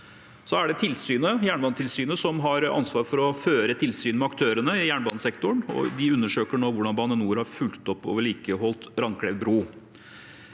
Det er Jernbanetilsynet som har ansvar for å føre tilsyn med aktørene i jernbanesektoren, og de undersøker nå hvordan Bane NOR har fulgt opp og vedlikeholdt Randklev bru.